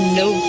no